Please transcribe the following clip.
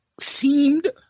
seemed